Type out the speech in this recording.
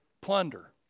plunder